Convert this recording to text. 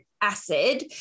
acid